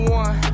one